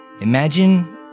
Imagine